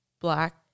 black